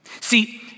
See